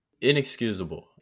Inexcusable